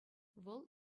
вӑл